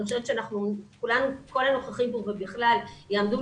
אני חושבת שכל הנוכחים כאן ובכלל יעמדו